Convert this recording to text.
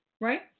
Right